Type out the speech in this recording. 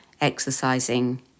exercising